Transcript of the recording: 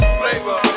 flavor